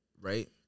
right